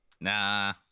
Nah